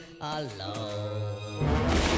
alone